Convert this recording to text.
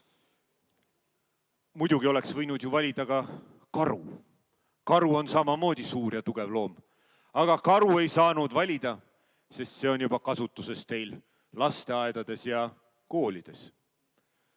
Muidugi oleks võinud ju valida ka karu. Karu on samamoodi suur ja tugev loom, aga karu ei saanud valida, sest see on teil juba kasutuses lasteaedades ja koolides.